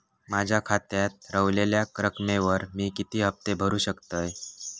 माझ्या खात्यात रव्हलेल्या रकमेवर मी किती हफ्ते भरू शकतय?